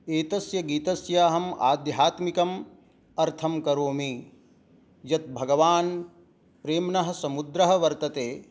एतस्य गीतस्य अहम् आध्यात्मिकम् अर्थं करोमि यत् भगवान् प्रेम्णः समुद्रः वर्तते